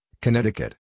Connecticut